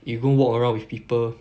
you go and walk around with people